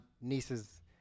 niece's